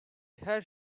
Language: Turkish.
her